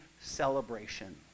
celebration